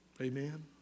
Amen